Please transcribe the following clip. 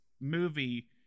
movie